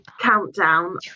countdown